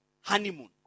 honeymoon